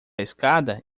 escada